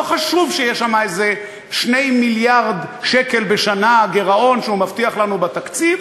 לא חשוב שיש שם איזה 2 מיליארד שקל בשנה גירעון שהוא מבטיח לנו בתקציב,